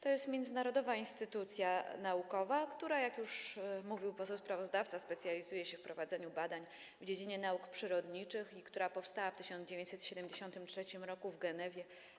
To jest międzynarodowa instytucja naukowa, która - jak już mówił poseł sprawozdawca - specjalizuje się w prowadzeniu badań w dziedzinie nauk przyrodniczych i która powstała w 1973 r. w Genewie.